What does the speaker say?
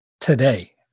today